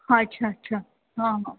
अच्छा अच्छा हां हां